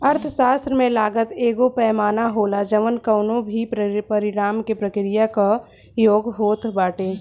अर्थशास्त्र में लागत एगो पैमाना होला जवन कवनो भी परिणाम के प्रक्रिया कअ योग होत बाटे